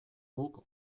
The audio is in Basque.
guk